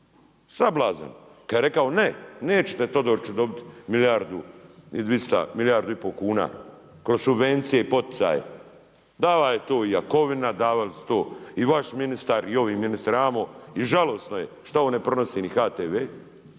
sablazan. Kada je rekao ne, nećete Todoriću dobiti milijardu i 200, milijardu i pol kuna kroz subvencije i poticaj. Davao je to i Jakovina, davali su to i vaš ministar i ovi ministar amo i žalosno je što ovo ne prenosi ni HTV,